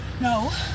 No